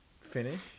finish